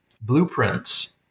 blueprints